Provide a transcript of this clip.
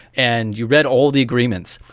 and you read all the agreements,